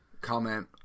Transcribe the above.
comment